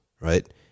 right